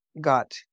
got